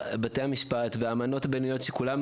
בתי המשפט והאמנות הבין לאומיות שכולם